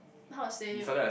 how to say